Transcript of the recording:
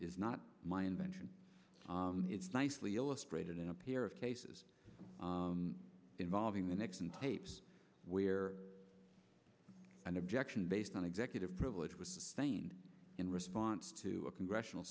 is not my invention it's nicely illustrated in a pair of cases involving the next and tapes where an objection based on executive privilege was seen in response to a congressional